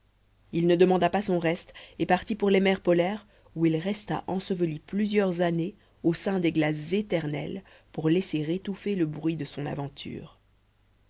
il ne demanda pas son reste et partit pour les mers polaires où il resta enseveli plusieurs années au sein des glaces éternelles pour laisser étouffer le bruit de son aventure